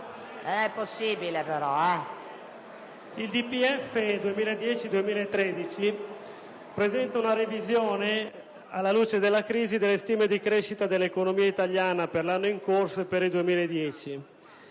il DPEF 2010-2013 presenta una revisione alla luce della crisi e delle stime di crescita dell'economia italiana per l'anno in corso e per il 2010.